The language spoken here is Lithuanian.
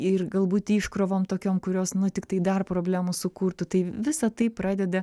ir galbūt iškrovom tokiom kurios nu tiktai dar problemų sukurtų tai visa tai pradeda